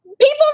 People